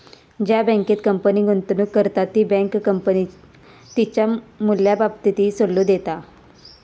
ज्या बँकेत कंपनी गुंतवणूक करता ती बँक कंपनीक तिच्या मूल्याबाबतही सल्लो देता